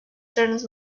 turned